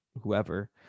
whoever